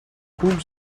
roule